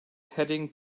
heading